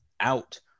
out